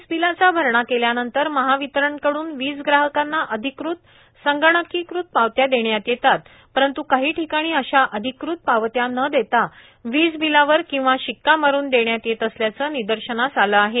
विज बिलाचा भरणा केल्यानंतर महावितरणाकडून विज ग्राहकांना अधिकृत संगणकीकृत पावत्या देण्यात येतात परंतू काही ठिकाणी अशा अधिकृत पावत्या न देता विज बिलावर किंवा शिक्का मारून देण्यात येत असल्याचं निर्दशनास आलं आहे